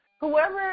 Whoever